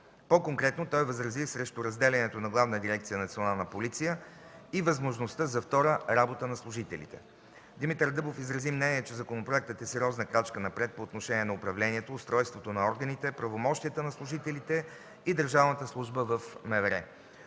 По-конкретно той възрази срещу разделянето на Главна дирекция „Национална полиция” и възможността за втора работа на служителите. Димитър Дъбов изрази мнение, че законопроектът е сериозна крачка напред по отношение на управлението, устройството на органите, правомощията на служителите и